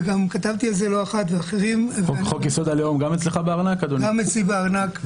וגם כתבתי על זה לא אחת ואחרים --- גם אצלי בארנק.